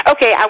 Okay